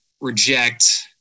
reject